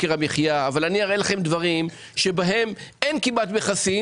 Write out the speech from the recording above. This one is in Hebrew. אני יכול להראות לכם דברים שבהם אין כמעט מכסים